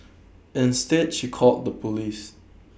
instead she called the Police